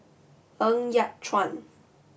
Ng Yat Chuan